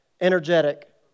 energetic